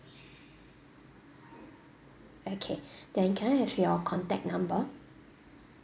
okay then can I have your contact number